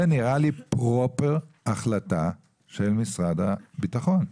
זה נראה לי פרופר החלטה של משרד הביטחון,